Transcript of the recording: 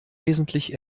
wesentlich